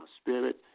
spirit